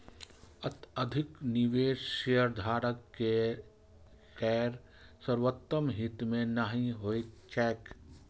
अत्यधिक निवेश शेयरधारक केर सर्वोत्तम हित मे नहि होइत छैक